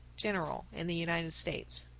general in the united states.